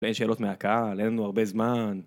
ואין שאלות מהקהל, אין לנו הרבה זמן.